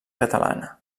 catalana